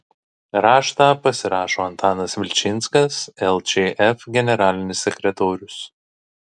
raštą pasirašo antanas vilčinskas lčf generalinis sekretorius